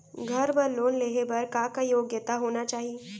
घर बर लोन लेहे बर का का योग्यता होना चाही?